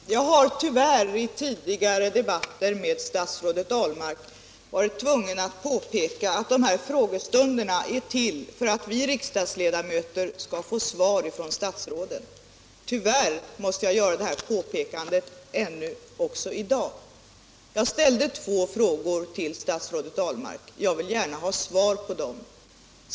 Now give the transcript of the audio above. Jjämställdhetsbidra Herr talman! Jag har tyvärr i tidigare debatter med statsrådet Ahlmark = get varit tvungen att påpeka att frågestunderna är till för att vi riksdagsledamöter skall få svar från statsråden. Tyvärr måste jag göra detta påpekande även i dag. Jag ställde två frågor till statsrådet Ahlmark. Jag vill gärna ha svar på dem.